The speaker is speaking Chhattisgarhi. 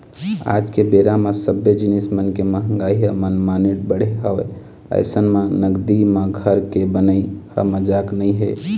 आज के बेरा म सब्बे जिनिस मन के मंहगाई ह मनमाने बढ़े हवय अइसन म नगदी म घर के बनई ह मजाक नइ हे